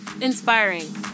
inspiring